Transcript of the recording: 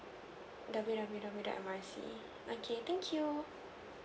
W W W dot M R C okay thank you